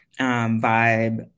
Vibe